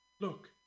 Look